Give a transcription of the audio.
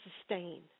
sustain